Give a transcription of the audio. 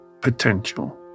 potential